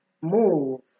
move